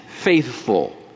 faithful